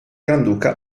granduca